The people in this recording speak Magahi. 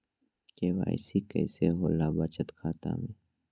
के.वाई.सी कैसे होला बचत खाता में?